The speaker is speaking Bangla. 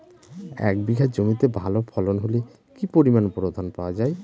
এক বিঘা জমিতে ভালো ফলন হলে কি পরিমাণ বোরো ধান পাওয়া যায়?